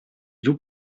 giù